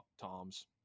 toms